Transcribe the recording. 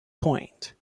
point